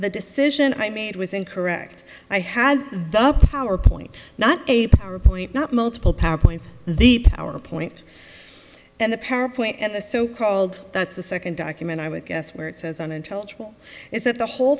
the decision i made was incorrect i had the power point not a power point not multiple power point the power point and the para point at the so called that's the second document i would guess where it says unintelligible is that the whole